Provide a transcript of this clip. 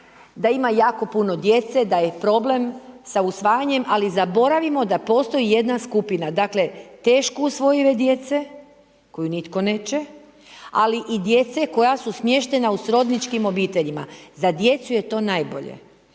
da ima jako puno djece, da je problem sa usvajanjem, ali zaboravimo da postoji jedna skupina, dakle, teško usvojive djece koju nitko neće, ali i djece koja su smještena u srodničkim obiteljima, za djecu je to najbolje,